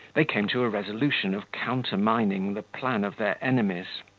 they came to a resolution of countermining the plan of their enemies.